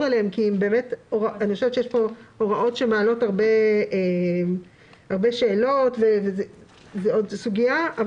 אליהן שמעלות הרבה שאלות וזה עוד סוגיה.